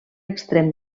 extrem